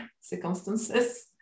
circumstances